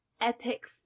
epic